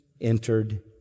entered